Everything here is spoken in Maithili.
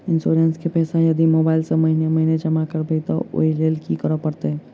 इंश्योरेंस केँ पैसा यदि मोबाइल सँ महीने महीने जमा करबैई तऽ ओई लैल की करऽ परतै?